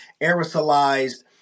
aerosolized